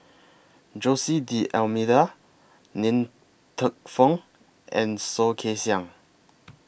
Jose D'almeida Ng Teng Fong and Soh Kay Siang